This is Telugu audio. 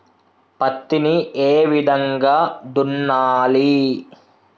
పత్తిని ఏ విధంగా దున్నాలి?